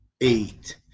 Eight